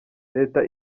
leta